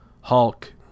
Hulk